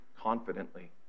confidently